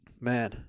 Man